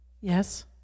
Yes